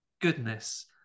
goodness